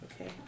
Okay